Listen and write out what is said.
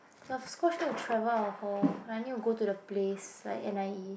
of course need to travel out of hall I need to go to the place like N_I_E